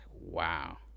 wow